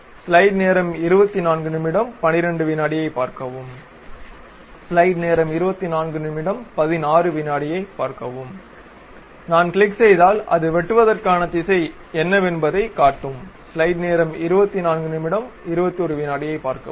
ஐப் பார்க்கவும் நான் கிளிக் செய்தால் இது வெட்டுவதற்கான திசை என்னவென்பதை காட்டும்